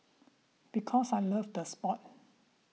because I loved the sport